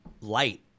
light